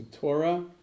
Torah